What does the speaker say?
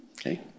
Okay